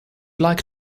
like